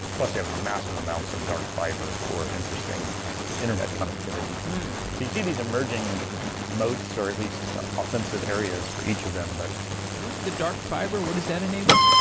plus you have massive amounts of dark fiber for interesting internet connectivity. you see these emerging moats, or at least offensive areas for each of them, but would the dark fiber, what does that enable?